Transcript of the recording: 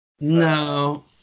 No